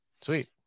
Sweet